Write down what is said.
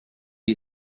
you